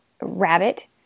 rabbit